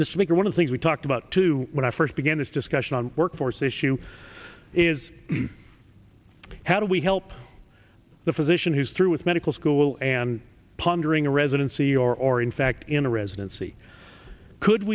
baker one of the things we talked about too when i first began this discussion on workforce issue is how do we help the physician who's through with medical school and pondering a residency or in fact in a residency could